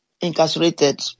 incarcerated